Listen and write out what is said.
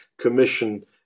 commission